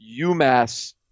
UMass